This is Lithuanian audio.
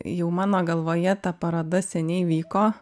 jau mano galvoje ta paroda seniai vyko